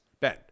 Ben